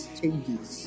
changes